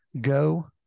Go